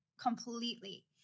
completely